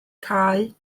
cau